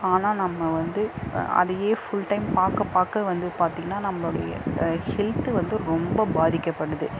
ஆனால் நம்ம வந்து அதையே ஃபுல் டைம் பார்க்க பார்க்க வந்து பார்த்தீங்கன்னா நம்மளுடைய ஹெல்த்து வந்து ரொம்ப பாதிக்கப்படுது